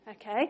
okay